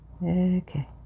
Okay